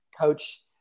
coach